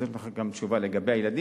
אז יש לך גם תשובה לגבי הילדים.